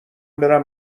برم